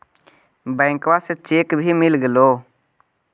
बैंकवा से चेक भी मिलगेलो?